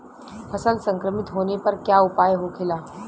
फसल संक्रमित होने पर क्या उपाय होखेला?